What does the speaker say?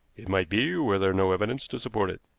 it might be were there no evidence to support it.